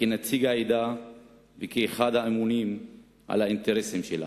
כנציג העדה וכאחד האמונים על האינטרסים שלה.